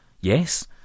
yes